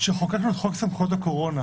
כשחוקקנו את חוק סמכויות הקורונה